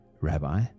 Rabbi